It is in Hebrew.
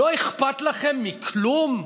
לא אכפת לכם מכלום?